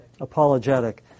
Apologetic